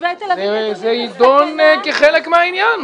זה יידון כחלק מהעניין.